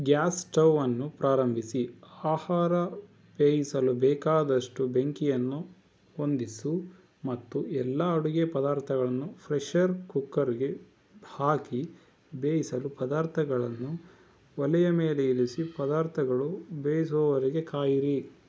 gas ಸ್ಟವ್ವನ್ನು ಪ್ರಾರಂಭಿಸಿ ಆಹಾರ ಬೇಯಿಸಲು ಬೇಕಾದಷ್ಟು ಬೆಂಕಿಯನ್ನು ಹೊಂದಿಸು ಮತ್ತು ಎಲ್ಲ ಅಡುಗೆ ಪದಾರ್ಥಗಳನ್ನು ಫ್ರೆಶರ್ ಕುಕ್ಕರ್ಗೆ ಹಾಕಿ ಬೇಯಿಸಲು ಪದಾರ್ಥಗಳನ್ನು ಒಲೆಯ ಮೇಲೆ ಇರಿಸಿ ಪದಾರ್ಥಗಳು ಬೇಯಿಸುವವರೆಗೆ ಕಾಯಿರಿ